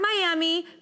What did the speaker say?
Miami